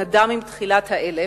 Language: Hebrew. נדם עם תחילת האלף,